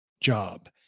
job